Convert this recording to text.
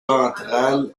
ventrale